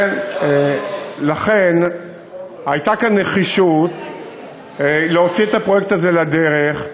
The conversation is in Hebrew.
לכן הייתה כאן נחישות להוציא את הפרויקט הזה לדרך,